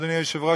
אדוני היושב-ראש,